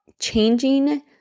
changing